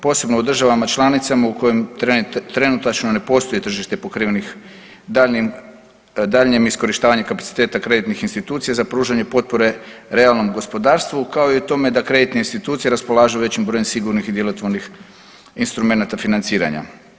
Posebno u državama članicama u kojima trenutačno ne postoji tržište pokrivenih daljnjem iskorištavanju kapaciteta kreditnih institucija za pružanje potpore realnom gospodarstvu kao i tome da kreditne institucije raspolažu većim brojem sigurnih i djelotvornih instrumenata financiranja.